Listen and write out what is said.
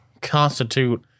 constitute